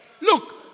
look